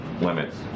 limits